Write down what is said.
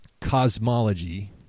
cosmology